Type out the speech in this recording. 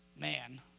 man